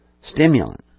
stimulant